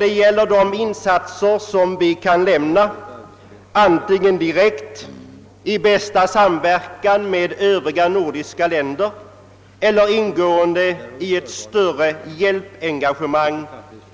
Det gäller de insatser vi kan göra antingen direkt i samverkan med övriga nordiska länder eller indirekt genom ett större hjälpengagemang